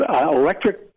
electric